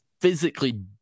physically